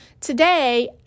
today